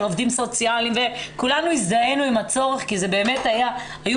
של עובדים סוציאליים וכולנו הזדהינו עם הצורך כי אלה היו